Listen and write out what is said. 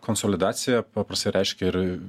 konsolidacija paprastai reiškia ir